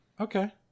Okay